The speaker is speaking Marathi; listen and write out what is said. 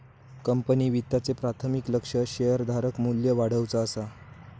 कंपनी वित्ताचे प्राथमिक लक्ष्य शेअरधारक मू्ल्य वाढवुचा असा